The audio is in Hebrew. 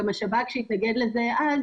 השב"כ כבר התנגד לזה בעבר,